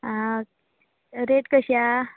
आं रेट कशी आहा